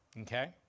Okay